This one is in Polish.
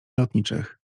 lotniczych